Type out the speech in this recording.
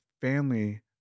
family